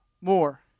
more